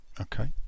Okay